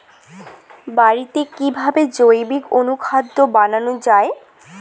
বাড়িতে কিভাবে জৈবিক অনুখাদ্য বানানো যায়?